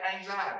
anxiety